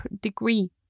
degree